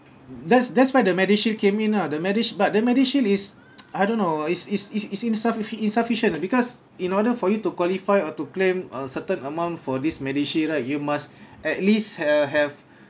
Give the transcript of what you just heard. that's that's why the MediShield came in ah the medish~ but the MediShield is I don't know is is it seem suff~ insufficient ah because in order for you to qualify or to claim a certain amount for this MediShield right you must at least uh have